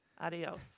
Adios